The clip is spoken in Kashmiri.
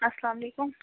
اسلامُ علیکُم